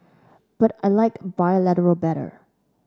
but I like bilateral better